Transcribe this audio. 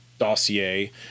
Dossier